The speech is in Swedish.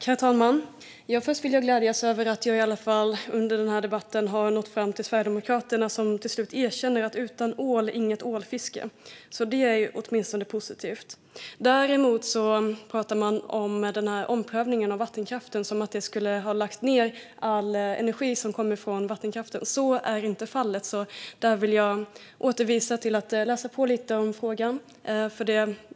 Herr talman! Först vill jag glädjas över att jag i alla fall under denna debatt har nått fram till Sverigedemokraterna, som till slut erkänner att utan ål blir det inget ålfiske. Det är åtminstone positivt. Däremot pratar man om omprövningen av vattenkraften som att den skulle ha gjort att all energi som kommer från vattenkraften har lagts ned. Så är inte fallet. Där vill jag hänvisa till att man kan läsa på lite om frågan.